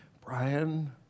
Brian